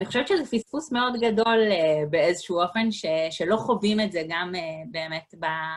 אני חושבת שזה פיסוס מאוד גדול באיזשהו אופן שלא חווים את זה גם באמת ב...